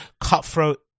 cutthroat